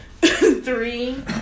Three